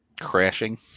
Crashing